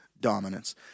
dominance